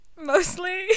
mostly